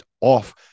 off